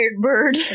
bird